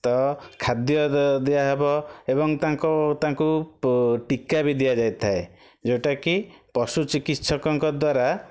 ତ ଖାଦ୍ୟ ଦିଆ ହେବ ଏବଂ ତାଙ୍କ ତାଙ୍କୁ ଟିକା ବି ଦିଆଯାଇଥାଏ ଯେଉଁଟା କି ପଶୁ ଚିକିତ୍ସକଙ୍କ ଦ୍ଵାରା